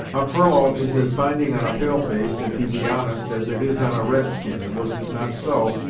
a furlough is as binding on a pale-face, if he be honest, as it is on a red-skin, and was it not so,